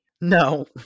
No